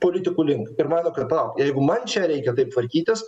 politikų link ir mano kad palauk jeigu man čia reikia taip tvarkytis